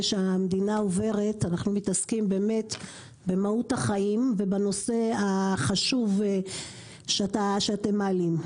שהמדינה עוברת אנחנו מתעסקים באמת במהות החיים ובנושא החשוב שאתם מעלים.